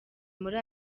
muri